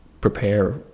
prepare